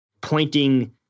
pointing